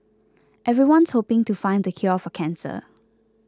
everyone's hoping to find the cure for cancer